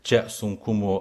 čia sunkumų